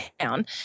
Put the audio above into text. town